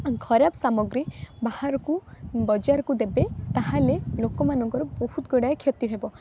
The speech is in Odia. ଖରାପ ସାମଗ୍ରୀ ବାହାରକୁ ବଜାରକୁ ଦେବେ ତା'ହେଲେ ଲୋକମାନଙ୍କର ବହୁତ ଗୁଡ଼ାଏ କ୍ଷତି ହେବ